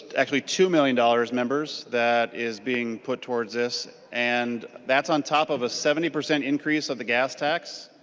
actually two million dollars members that is being put towards this and that's on top of a seventy percent increase of the gas tax.